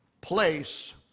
place